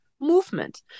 movement